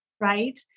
right